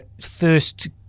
first